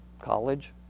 college